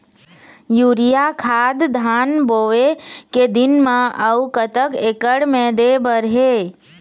Urea खाद धान बोवे के दिन म अऊ कतक एकड़ मे दे बर हे?